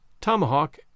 tomahawk